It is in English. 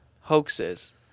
hoaxes